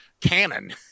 canon